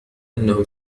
أنه